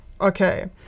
Okay